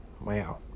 Wow